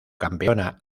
campeona